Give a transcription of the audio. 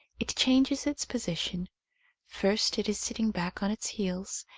it changes its position first it is sitting back on its heels,